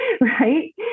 right